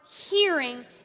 hearing